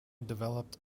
developed